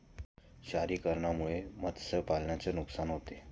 क्षारीकरणामुळे मत्स्यपालनाचे नुकसान होते